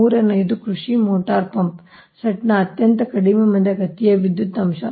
ಮೂರನೆಯದು ಕೃಷಿ motor pump ಸೆಟ್ನ ಅತ್ಯಂತ ಕಡಿಮೆ ಮಂದಗತಿಯ ವಿದ್ಯುತ್ ಅಂಶ